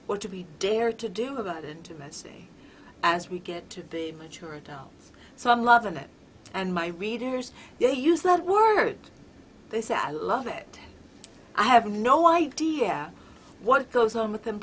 what to be dare to do about intimacy as we get to the mature adults so i'm loving that and my readers they use that word they say i love it i have no idea what goes on with